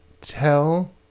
tell